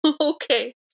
Okay